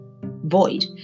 void